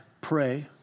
pray